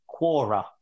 Quora